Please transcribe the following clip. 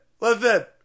Listen